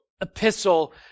epistle